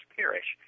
perish